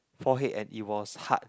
forehead and it was hard